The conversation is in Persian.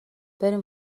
بریم